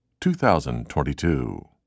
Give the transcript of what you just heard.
2022